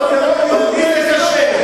או, טרור יהודי זה כשר?